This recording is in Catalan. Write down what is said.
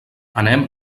anem